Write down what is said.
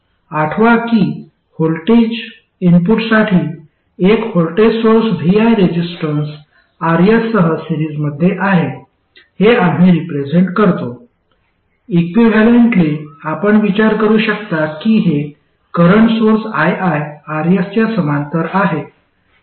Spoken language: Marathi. आठवा की व्होल्टेज इनपुटसाठी एक voltage source vi resistance RS सह सिरीजमध्ये आहे हे आम्ही रिप्रेझेन्ट करतो इक्विव्हॅलेंटली आपण विचार करू शकता की हे करंट सोर्स ii RS च्या समांतर आहे